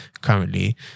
currently